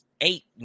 eight